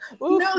No